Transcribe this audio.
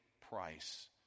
price